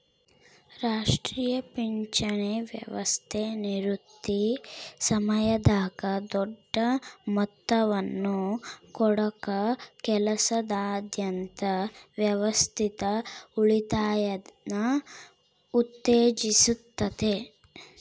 ರಾಷ್ಟ್ರೀಯ ಪಿಂಚಣಿ ವ್ಯವಸ್ಥೆ ನಿವೃತ್ತಿ ಸಮಯದಾಗ ದೊಡ್ಡ ಮೊತ್ತವನ್ನು ಕೊಡಕ ಕೆಲಸದಾದ್ಯಂತ ವ್ಯವಸ್ಥಿತ ಉಳಿತಾಯನ ಉತ್ತೇಜಿಸುತ್ತತೆ